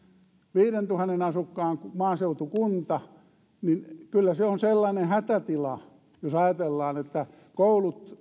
viidentuhannen asukkaan maaseutukunnassa se on kyllä hätätila jos ajatellaan että koulut